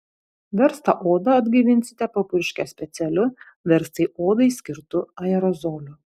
verstą odą atgaivinsite papurškę specialiu verstai odai skirtu aerozoliu